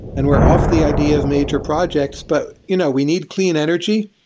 and we're off the idea of major projects. but you know we need clean energy.